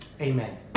amen